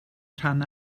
rhan